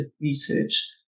research